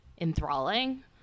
enthralling